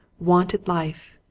wanted life,